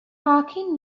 parking